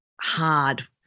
hard